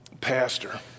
pastor